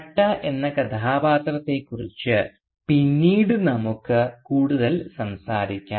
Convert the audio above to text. ഭട്ട എന്ന കഥാപാത്രത്തെക്കുറിച്ച് പിന്നീട് നമുക്ക് കൂടുതൽ സംസാരിക്കാം